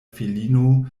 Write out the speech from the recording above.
filino